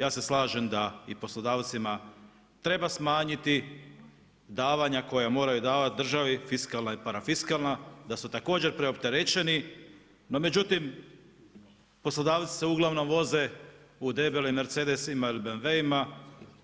Ja se slažem da i poslodavcima treba smanjiti davanja, koja moraju davati državi, fiskalna i parafiskalna, da su također preopterećeni, no međutim, poslodavci se ugl. voze u debelim Mercedesima ili BMW-ima